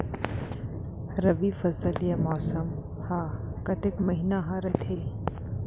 रबि फसल या मौसम हा कतेक महिना हा रहिथे?